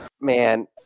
Man